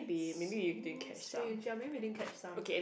so strange ya maybe we didn't catch some